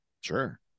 sure